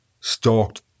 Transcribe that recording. stalked